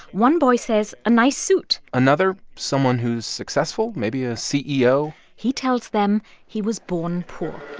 one boy says a nice suit another, someone who's successful, maybe a ceo he tells them he was born poor